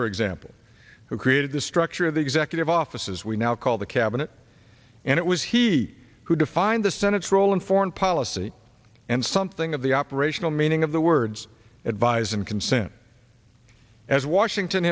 for example who created the structure of the executive offices we now call the cabinet and it was he who defined the senate's role in foreign policy and something of the operational meaning of the words advise and consent as washington